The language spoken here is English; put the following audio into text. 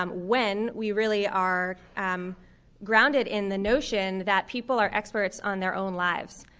um when we really are um grounded in the notion that people are experts on their own lives.